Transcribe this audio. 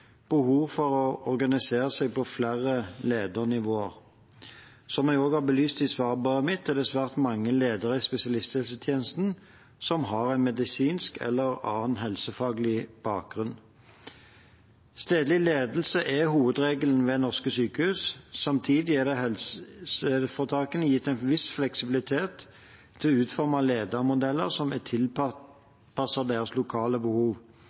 for å organisere seg på flere ledernivåer. Som jeg også har belyst i svarbrevet mitt, er det svært mange ledere i spesialisthelsetjenesten som har en medisinsk eller annen helsefaglig bakgrunn. Stedlig ledelse er hovedregelen ved norske sykehus. Samtidig er helseforetakene gitt en viss fleksibilitet til å utforme ledermodeller som er tilpasset deres lokale behov.